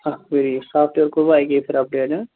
أکھ ؤری software کوٚروٕ اکی پھِرِ اَپ ڈیٚٹ ہٕہ